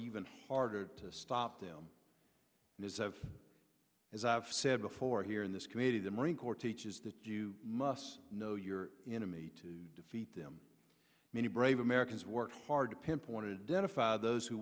even harder to stop them this have as i've said before here in this community the marine corps teaches that you must know your enemy to defeat them many brave americans work hard to pinpoint a debt of those who